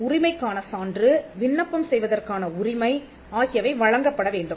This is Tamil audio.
உரிமைக்கான சான்று விண்ணப்பம் செய்வதற்கான உரிமை ஆகியவை வழங்கப்பட வேண்டும்